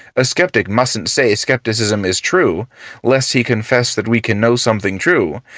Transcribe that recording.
a skeptic mustn't say skepticism is true left he confess that we can know something true,